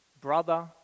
brother